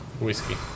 whiskey